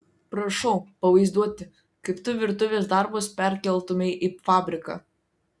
prašau pavaizduoti kaip tu virtuvės darbus perkeltumei į fabriką